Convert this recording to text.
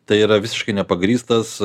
tai yra visiškai nepagrįstas